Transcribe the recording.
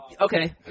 Okay